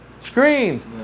Screens